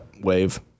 wave